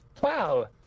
Wow